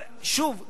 שוב,